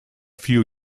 few